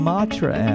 Matra